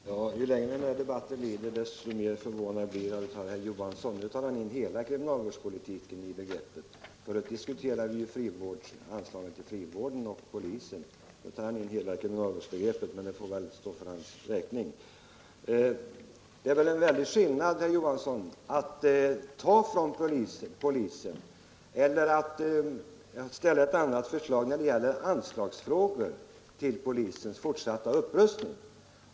Herr talman! Ju längre den här debatten pågår desto mer förvånad blir jag över herr Johansson i Växjö. Förut diskuterade vi ju anslaget till frivården och polisen. Nu tar han med hela kriminalvårdsbegreppet, men det får väl stå för hans räkning. Det är en stor skillnad, herr Johansson, mellan att ta från polisen och att komma med ett annat förslag när det gäller anslagen till polisens fortsatta upprustning.